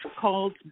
called